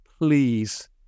Please